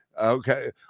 Okay